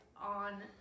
on